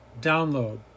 download